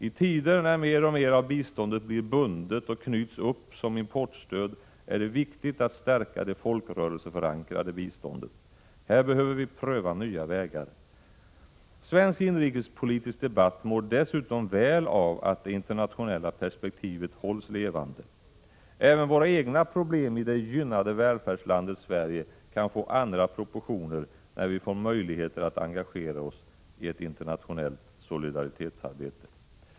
I tider när mer och mer av biståndet blir bundet och knyts upp som importstöd är det viktigt att stärka det folkrörelseförankrade biståndet. Här behöver vi pröva nya vägar. Svensk inrikespolitisk debatt mår dessutom väl av att det internationella perspektivet hålls levande. Även våra egna problem i det gynnade välfärdslandet Sverige kan få andra proportioner när vi får möjlighet att engagera oss i ett internationellt solidaritetsarbete.